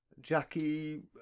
Jackie